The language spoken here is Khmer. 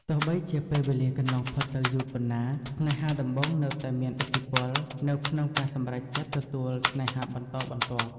ទោះបីជាពេលវេលាកន្លងផុតទៅយូរប៉ុណ្ណា ស្នេហាដំបូងនៅតែមានឥទ្ធិពលនៅក្នុងការសម្រេចចិត្តទទួលស្នេហាបន្តបន្ទាប់។